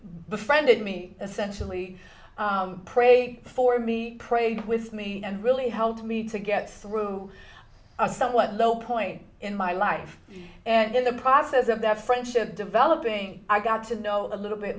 befriended me essentially prayed for me prayed with me and really helped me to get through a somewhat low point in my life and in the process of that friendship developing i got to know a little bit